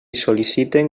sol·liciten